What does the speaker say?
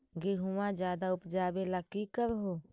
गेहुमा ज्यादा उपजाबे ला की कर हो?